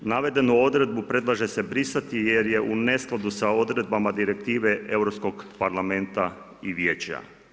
Navedenu odredbu predlaže se brisati jer je u neskladu sa odredbama direktive Europskog parlamenta i vijeća.